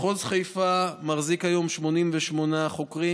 מחוז חיפה מחזיק היום 88 חוקרים,